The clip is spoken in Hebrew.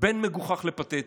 בין מגוחך לפתטי,